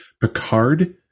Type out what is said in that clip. Picard